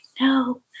no